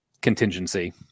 contingency